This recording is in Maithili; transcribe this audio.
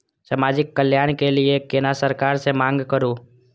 समाजिक कल्याण के लीऐ केना सरकार से मांग करु?